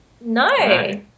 No